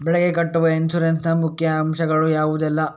ಬೆಳೆಗೆ ಕಟ್ಟುವ ಇನ್ಸೂರೆನ್ಸ್ ನ ಮುಖ್ಯ ಅಂಶ ಗಳು ಯಾವುದೆಲ್ಲ?